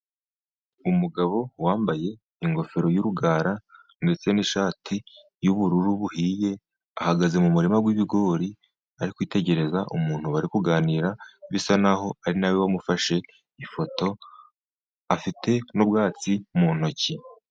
Umugabo wambaye ingofero y'urugara ndetse n'ishati y'ubururu buhiye. Ahagaze mu murima w'ibigori ari kwitegereza umuntu bari kuganira, bisa n'aho ari na we wamufashe ifoto. Afite n'ubwatsi mu ntoki.